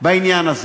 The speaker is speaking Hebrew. בעניין הזה.